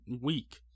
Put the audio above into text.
week